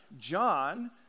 John